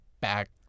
back